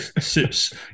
Sips